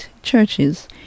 churches